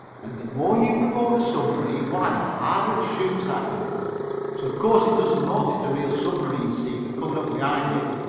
and the more you provoked the submarine why the harder it shoots at you, so of course it doesn't notice the real submarine sinker coming up behind it.